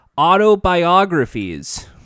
autobiographies